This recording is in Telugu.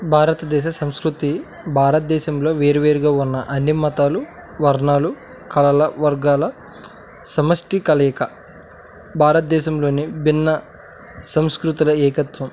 భారతదేశ సంస్కృతి భారతదేశంలో వేరు వేరుగా ఉన్న అన్ని మతాలు వర్ణాలు కళల వర్గాల సమష్టి కలయిక భారతదేశంలోని భిన్న సంస్కృతుల ఏకత్వం